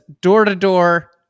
Door-to-door